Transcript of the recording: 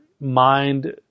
mind